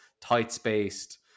tight-spaced